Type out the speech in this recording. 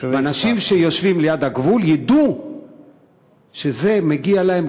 אנשים שיושבים ליד הגבול ידעו שזה מגיע להם